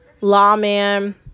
lawman